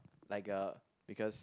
like a because